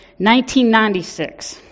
1996